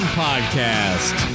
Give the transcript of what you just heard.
podcast